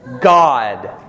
God